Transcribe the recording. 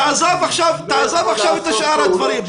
תעזוב עכשיו את שאר הדברים.